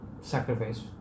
sacrifice